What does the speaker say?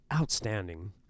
outstanding